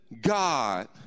God